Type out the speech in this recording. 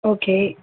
okay